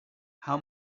how